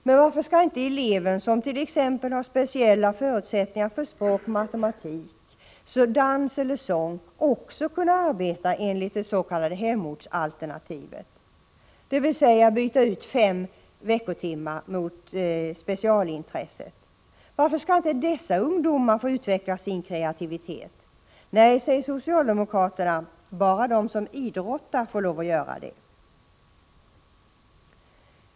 Men varför skall inte den elev som t.ex. har speciella förutsättningar för språk, matematik, dans eller sång också kunna arbeta enligt det s.k. hemortsalternativet, dvs. byta ut fem veckotimmar mot specialintresset? Varför skall inte dessa ungdomar få utveckla sin kreativitet? Nej, säger socialdemokraterna, bara de som idrottar får lov att göra det.